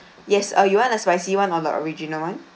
yes uh you want the spicy [one] or the original [one]